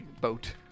boat